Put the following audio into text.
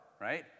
right